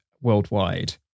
worldwide